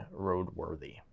roadworthy